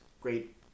Great